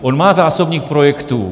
On má zásobník projektů.